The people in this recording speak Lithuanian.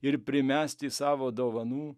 ir primesti savo dovanų